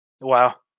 Wow